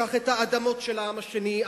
ייקח את האדמות של העם השני,